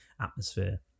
atmosphere